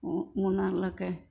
മുന്നാറിലൊക്കെ